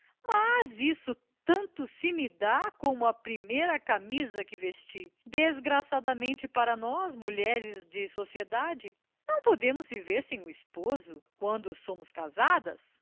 mas isso tanto se me dá como a primeira camisa que vesti desgraçadamente para nós mulheres de sociedade não podemos viver sem esposo quando somos casadas